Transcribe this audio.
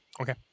Okay